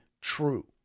true